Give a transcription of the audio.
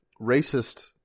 racist